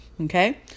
Okay